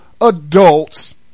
adults